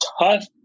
tough